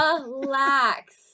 Relax